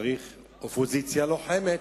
צריך אופוזיציה לוחמת,